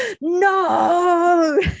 no